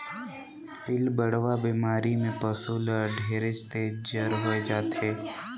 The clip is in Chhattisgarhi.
पिलबढ़वा बेमारी में पसु ल ढेरेच तेज जर होय जाथे